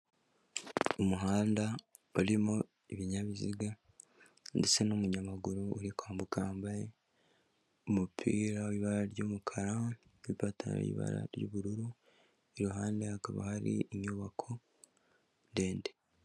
Umuhanda urimo ibinyabiziga ndetse n'umunyamaguru uri kwambuka wambaye umupira w'ibara ry'umukara n'ipatara y'ibara ry'ubururu iruhande hakaba hari inyubako ndende.